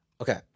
Okay